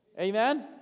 Amen